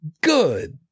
Good